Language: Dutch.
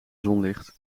zonlicht